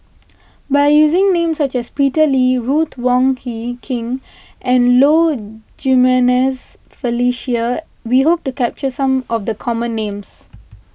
by using names such as Peter Lee Ruth Wong Hie King and Low Jimenez Felicia we hope to capture some of the common names